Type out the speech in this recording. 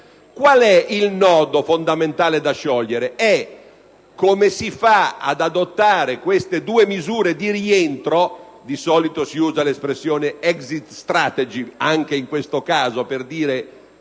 Il nodo fondamentale da sciogliere è come si fa ad adottare queste due misure di rientro - solitamente si usa l'espressione *exit strategy*, anche in questo caso, per dire